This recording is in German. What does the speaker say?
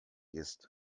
ist